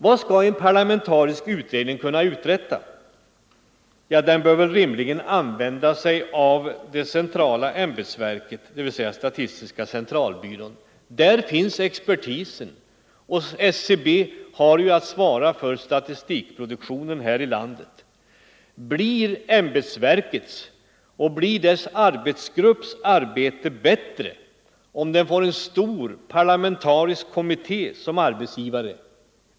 Vad skall en parlamentarisk utredning kunna uträtta? Den bör väl rimligen använda sig av det centrala ämbetsverket, dvs. statistiska centralbyrån. Där finns expertisen. SCB har att svara för statistikproduk 47 tionen i landet. Blir ämbetsverkets och dess arbetsgrupps arbete bättre om man får en stor parlamentarisk kommitté som arbetsgivare?